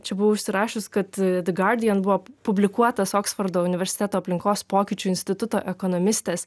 čia buvau užsirašius kad the guardian buvo publikuotas oksfordo universiteto aplinkos pokyčių instituto ekonomistės